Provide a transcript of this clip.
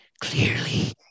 Clearly